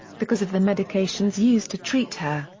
because of the medications used to treat her,